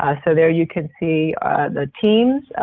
ah so, there you can see the teams.